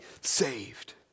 saved